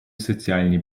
соціальні